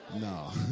no